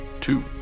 Two